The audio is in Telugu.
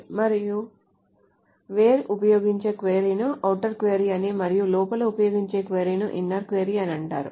FROM మరియు WHERE ఉపయోగించే క్వరీను ఔటర్ క్వరీ అని మరియు లోపల ఉపయోగించే క్వరీను ఇన్నర్ క్వరీ అని అంటారు